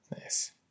Nice